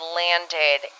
landed